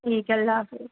ٹھیک ہے اللہ حافظ